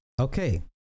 Okay